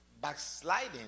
backsliding